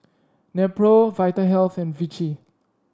Nepro Vitahealth and Vichy